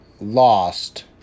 lost